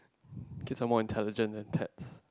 kids are more intelligent than cats